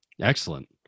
Excellent